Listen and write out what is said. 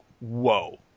whoa